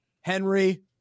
Henry